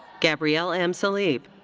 gabrielle m. salib.